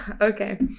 Okay